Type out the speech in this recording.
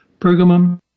Pergamum